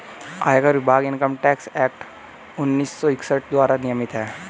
आयकर विभाग income tax act उन्नीस सौ इकसठ द्वारा नियमित है